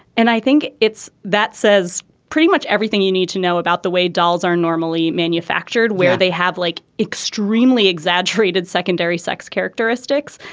and i think it's that says pretty much everything you need to know about the way dolls are normally manufactured where they have like extremely exaggerated secondary sex characteristics.